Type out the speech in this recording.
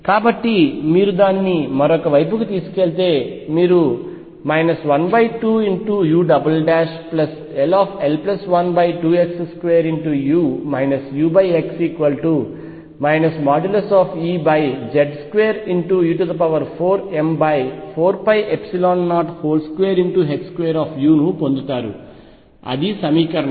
కాబట్టి మీరు దానిని మరొక వైపుకు తీసుకెళ్తే మీరు 12ull12x2u ux |E|Z2e4m4π022u పొందుతారు అది సమీకరణం